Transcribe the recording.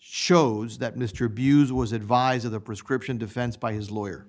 shows that mr abuse was advised of the prescription defense by his lawyer